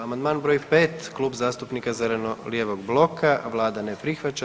Amandman br. 5 Klub zastupnika zeleno-lijevog bloka, Vlada ne prihvaća.